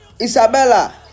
Isabella